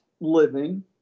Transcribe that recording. living